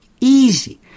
easy